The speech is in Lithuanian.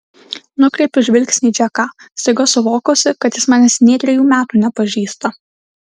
nukreipiu žvilgsnį į džeką staiga suvokusi kad jis manęs nė trejų metų nepažįsta